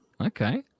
Okay